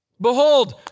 Behold